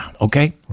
okay